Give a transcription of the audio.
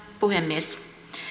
puhemies